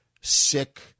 sick